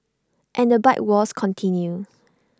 and the bike wars continue